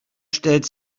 stellt